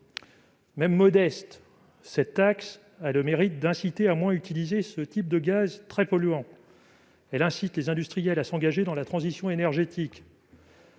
Même modeste, cette taxe a le mérite d'inciter à moins utiliser ce type de gaz très polluant et pousse les industriels à s'engager dans la transition énergétique.